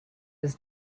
his